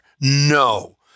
No